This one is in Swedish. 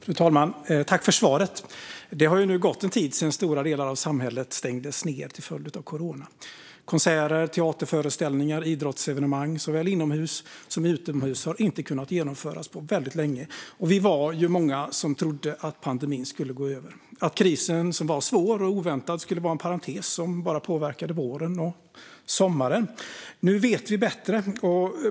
Fru talman! Jag tackar för svaret. Det har nu gått en tid sedan stora delar av samhället stängdes ned till följd av corona. Konserter, teaterföreställningar och idrottsevenemang, såväl inomhus som utomhus, har inte kunnat genomföras på väldigt lång tid. Vi var många som trodde att pandemin skulle gå över, att krisen som var svår och oväntad skulle vara en parentes som bara påverkade våren och sommaren. Nu vet vi bättre.